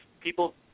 people